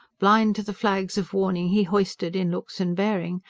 blind to the flags of warning he hoisted in looks and bearing,